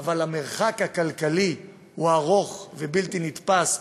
אבל המרחק הכלכלי הוא ארוך ובלתי נתפס.